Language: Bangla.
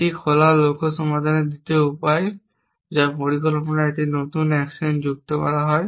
এটি খোলা লক্ষ্য সমাধানের দ্বিতীয় উপায় যা পরিকল্পনায় একটি নতুন অ্যাকশন যুক্ত করা হয়